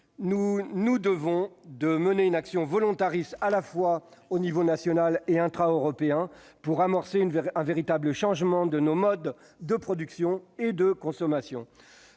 nous devons de mener une action volontariste, à l'échelon tant national qu'intraeuropéen, pour amorcer un véritable changement de nos modes de productions et de consommation.